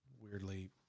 weirdly